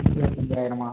இருபத்தஞ்சாயிரமா